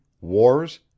wars